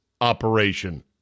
operation